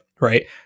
right